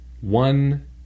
one